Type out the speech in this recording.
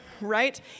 right